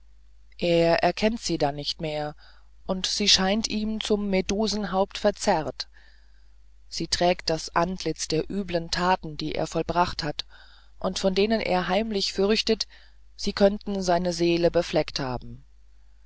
er erkennt sie dann nicht mehr und sie erscheint ihn zum medusenhaupt verzerrt sie trägt das antlitz der üblen taten die er vollbracht hat und von denen er heimlich fürchtet sie könnten seine seele befleckt haben